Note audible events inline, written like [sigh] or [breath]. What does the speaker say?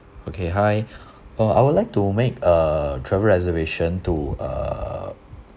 okay hi [breath] uh I would like to make a travel reservation to uh